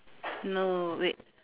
no wait